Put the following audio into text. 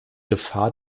gefahr